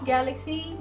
Galaxy